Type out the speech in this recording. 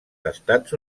estats